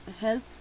help